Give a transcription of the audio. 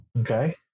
Okay